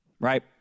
Right